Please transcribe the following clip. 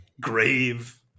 grave